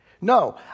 no